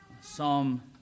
Psalm